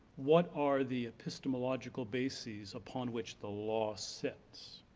what are the epistemological basies upon which the law sits?